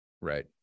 Right